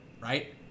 right